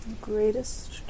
greatest